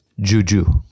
Juju